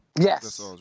Yes